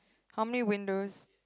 how many windows